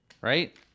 Right